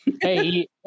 hey